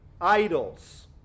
idols